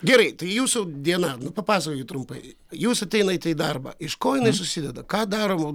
gerai tai jūsų diena nu papasakokit trumpai jūs ateinate į darbą iš ko jinai susideda ką daro